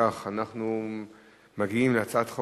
לפיכך, הצעת החוק